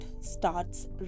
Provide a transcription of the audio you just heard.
starts